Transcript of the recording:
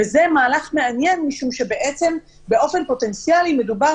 זה מהלך מעניין משום שבעצם באופן פוטנציאלי מדובר